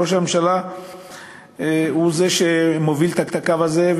ראש הממשלה הוא זה שמוביל את הקו הזה,